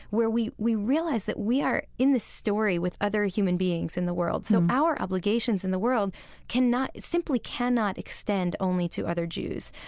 where we we realize that we are in this story with other human beings in the world so our obligations in the world cannot, simply cannot extend only to other jews.